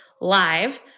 live